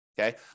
Okay